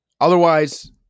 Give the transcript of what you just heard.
Otherwise